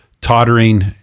tottering